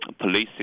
police